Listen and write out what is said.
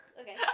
Okay